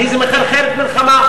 אז היא מחרחרת מלחמה.